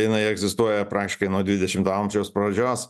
jinai egzistuoja praktiškai nuo dvidešimto amžiaus pradžios